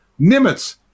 Nimitz